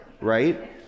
right